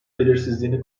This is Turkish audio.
belirsizliğini